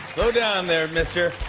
slow down, there, mister.